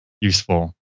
useful